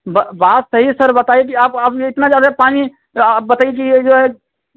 ब बात सही है सर बताइए कि आप आप ये इतना ज्यादे पानी आप बताइए की ये जो है